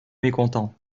mécontents